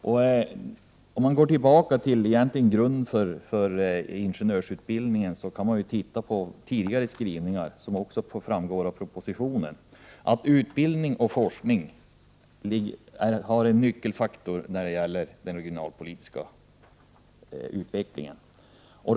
Låt mig gå tillbaka till grunden för ingenjörsutbildningen och titta på tidigare skrivningar, som också framgick av propositionen. Utbildning och forskning är en nyckelfaktor när det gäller den regionalpolitiska utvecklingen.